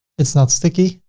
it's not sticky,